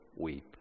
weep